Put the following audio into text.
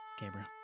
Gabriel